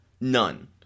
None